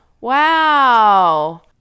Wow